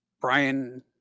Brian –